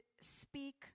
speak